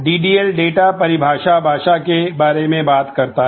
DDL data परिभाषा भाषा के बारे में बात करता है